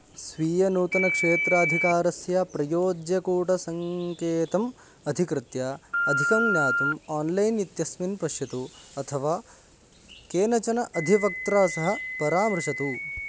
स्वीयनूतनक्षेत्राधिकारस्य प्रयोज्यकूटसङ्केतम् अधिकृत्य अधिकं ज्ञातुम् आन्लैन् इत्यस्मिन् पश्यतु अथवा केनचन अधिवक्त्रा सह परामृशतु